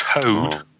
Toad